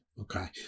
Okay